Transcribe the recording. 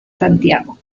santiago